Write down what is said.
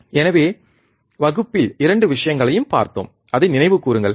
எனவே வகுப்பில் இரண்டு விஷயங்களையும் பார்த்தோம் அதை நினைவு கூருங்கள்